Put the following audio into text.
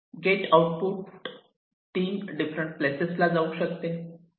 gate output 3 different places ला जाऊ शकते